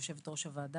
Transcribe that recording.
יושבת-ראש הוועדה,